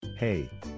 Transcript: Hey